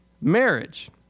marriage